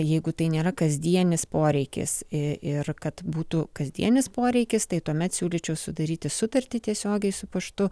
jeigu tai nėra kasdienis poreikis ir kad būtų kasdienis poreikis tai tuomet siūlyčiau sudaryti sutartį tiesiogiai su paštu